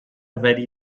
very